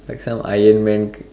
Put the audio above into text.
like some Iron man